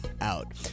out